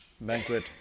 banquet